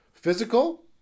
physical